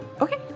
okay